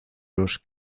los